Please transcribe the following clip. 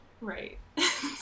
Right